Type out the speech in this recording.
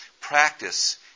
practice